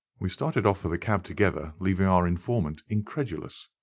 we started off for the cab together, leaving our informant incredulous,